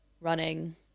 running